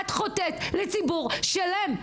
את חוטאת לציבור שלם,